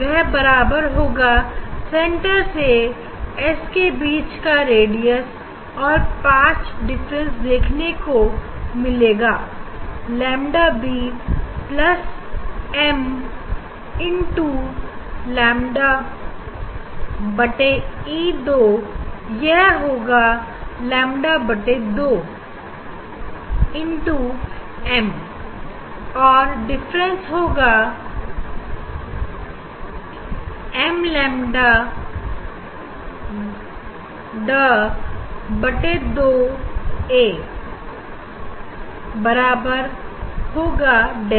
वह बराबर होगा सेंटर से एस के बीच का रेडियस और पांच डिफरेंस देखने को मिलेगा lambda B plus M lambda बट ई दो यह होगा लेंबा बटे दो एम और डिफरेंस होगा एंब्लेम दा बटे दो ए बराबर होगा डेल के